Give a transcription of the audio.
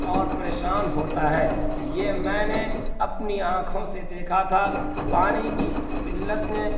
اور پریشان ہوتا ہے یہ میں نے اپنی آنکھوں سے دیکھا تھا پانی کی اس قلت نے